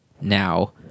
now